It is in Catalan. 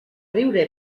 riure